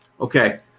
Okay